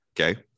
okay